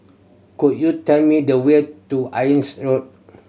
could you tell me the way to Road